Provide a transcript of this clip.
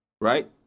Right